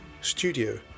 studio